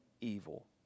evil